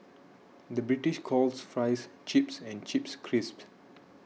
the British calls Fries Chips and Chips Crisps